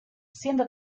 siendo